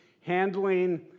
handling